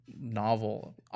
novel